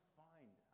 find